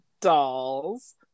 dolls